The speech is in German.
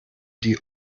die